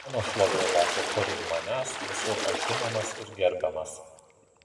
mano šlovė lekia pirm manęs visur aš žinomas ir gerbiamas